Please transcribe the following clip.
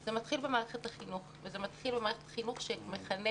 זה מתחיל במערכת החינוך וזה מתחיל במערכת החינוך שמחנכת,